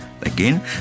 Again